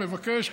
מבקש,